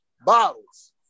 bottles